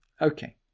Okay